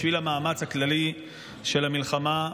בשביל המאמץ הכללי של המלחמה.